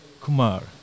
Kumar